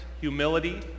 humility